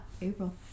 April